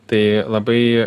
tai labai